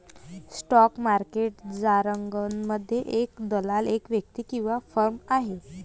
stock market जारगनमध्ये, एक दलाल एक व्यक्ती किंवा फर्म आहे